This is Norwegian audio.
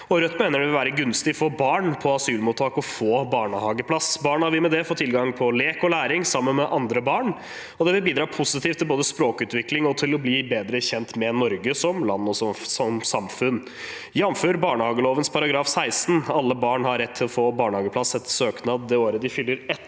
Rødt mener det vil være gunstig for barn på asylmottak å få barnehageplass. Barna vil med det få tilgang på lek og læring sammen med andre barn, og det vil bidra positivt til både språkutvikling og å bli bedre kjent med Norge som land og samfunn. Jamfør barnehageloven § 16 har alle barn rett til å få barnehageplass etter søknad det året de fyller